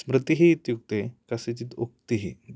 स्मृतिः इत्युक्ते कस्यचित् उक्तिः